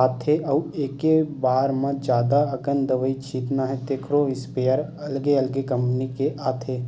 आथे अउ एके बार म जादा अकन दवई छितना हे तेखरो इस्पेयर अलगे अलगे कंपनी के आथे